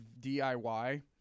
DIY